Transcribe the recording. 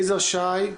יזהר שי,